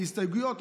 הסתייגויות,